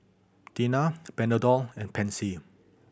Tena Panadol and Pansy